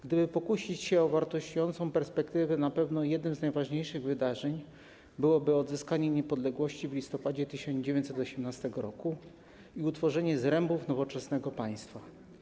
Gdyby pokusić się o wartościującą perspektywę, na pewno jednym z najważniejszych wydarzeń byłoby odzyskanie niepodległości w listopadzie 1918 r. i utworzenie zrębów nowoczesnego państwa.